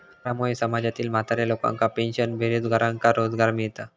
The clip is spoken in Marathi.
करामुळे समाजातील म्हाताऱ्या लोकांका पेन्शन, बेरोजगारांका रोजगार मिळता